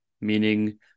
meaning